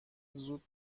زود